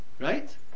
right